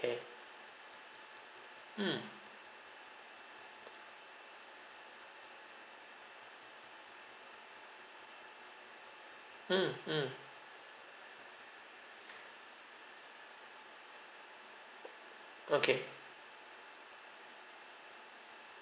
okay mm mm mm okay